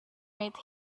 made